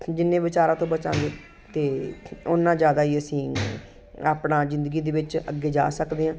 ਜਿੰਨੇ ਵਿਚਾਰਾਂ ਤੋਂ ਬਚਾਂਗੇ ਤਾਂ ਉੰਨਾ ਜ਼ਿਆਦਾ ਹੀ ਅਸੀਂ ਆਪਣਾ ਜ਼ਿੰਦਗੀ ਦੇ ਵਿੱਚ ਅੱਗੇ ਜਾ ਸਕਦੇ ਹਾਂ